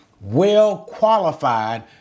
well-qualified